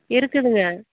இருக்குதுங்க